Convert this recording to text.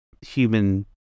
human